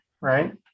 right